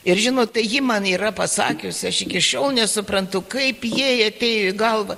ir žinot tai ji man yra pasakiusi aš iki šiol nesuprantu kaip jai atėjo į galvą